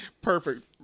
Perfect